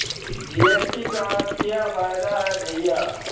GST का क्या फायदा है भैया?